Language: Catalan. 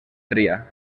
tria